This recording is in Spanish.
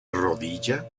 rodilla